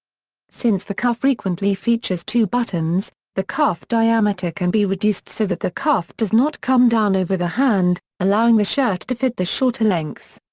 since the cuff frequently features two buttons, the cuff diameter can be reduced so that the cuff does not come down over the hand, allowing the shirt to fit the shorter length.